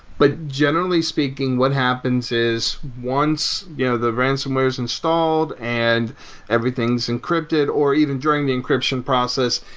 but generally speaking, what happens is once you know the ransonware is installed and everything is encrypted or even during the encryption process,